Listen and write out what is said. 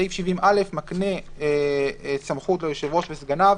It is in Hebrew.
סעיף 70א מקנה סמכויות מיוחדת ליושב-ראש וסגניו